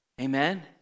Amen